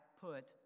put